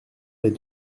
les